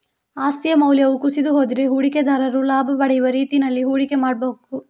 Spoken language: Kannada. ಆಸ್ತಿಯ ಮೌಲ್ಯವು ಕುಸಿದು ಹೋದ್ರೆ ಹೂಡಿಕೆದಾರರು ಲಾಭ ಪಡೆಯುವ ರೀತಿನಲ್ಲಿ ಹೂಡಿಕೆ ಮಾಡ್ಬೇಕು